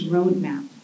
Roadmap